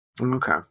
Okay